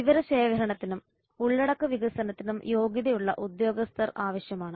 വിവരശേഖരണത്തിനും ഉള്ളടക്ക വികസനത്തിനും യോഗ്യതയുള്ള ഉദ്യോഗസ്ഥർ ആവശ്യമാണ്